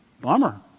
Bummer